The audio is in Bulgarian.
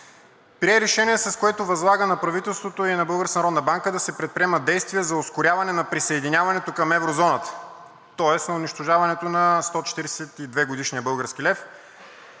прие Решение, с което възлага на правителството и на Българската народна банка да се предприемат действия за ускоряване на присъединяването към еврозоната, тоест за унищожаването на 142-годишния български лев